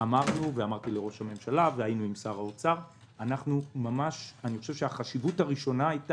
אמר לראש הממשלה ולשר האוצר שהחשיבות הראשונה היא,